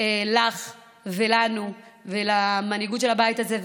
לך ולנו ולמנהיגות של הבית הזה,